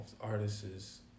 artists